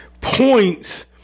points